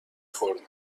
خوردم